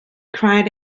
cried